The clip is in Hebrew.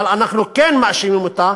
אבל אנחנו כן מאשימים אותה